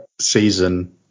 season